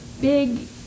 big